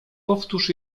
powtórz